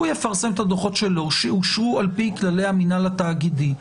הוא יפרסם את הדוחות שלו שאושרו על פי כללי המינהל התאגידי,